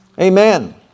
Amen